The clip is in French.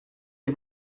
est